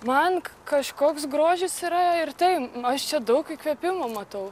man kažkoks grožis yra ir tai nu aš čia daug įkvėpimo matau